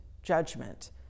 judgment